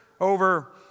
over